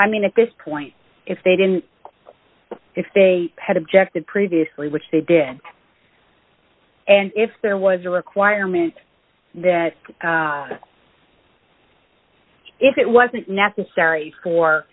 i mean at this point if they didn't if they had objected previously which they did and if there was a requirement that if it wasn't necessary for